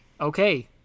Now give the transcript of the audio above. Okay